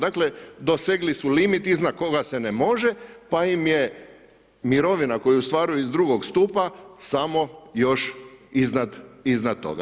Dakle, dosegli su limit iznad koga se ne može, pa im je mirovina koju ostvaruju iz drugog stupa samo još iznad toga.